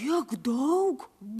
tiek daug